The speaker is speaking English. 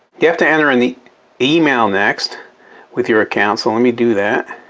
you have to enter in the email next with your account so let me do that.